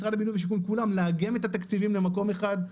צריכים משרד הבינוי והשיכון וכולם לאגם את התקציבים למקום אחד,